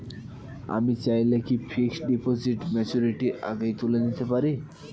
আমি চাইলে কি ফিক্সড ডিপোজিট ম্যাচুরিটির আগেই তুলে নিতে পারি?